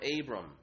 Abram